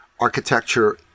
architecture